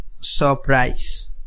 surprise